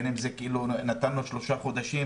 נתנו שלושה חודשים